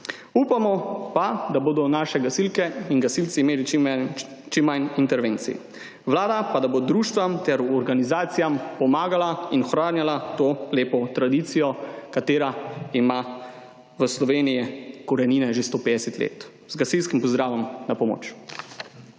Upamo pa, da bodo naše gasilke in gasilci imeli čim manj intervencij. Vlada pa, da bo društvom ter organizacijam pomagala in ohranjala to lepo tradicijo, ki ima v Sloveniji korenine že 150 let. Z gasilskim pozdravom »Na pomoč!«